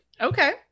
Okay